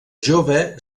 jove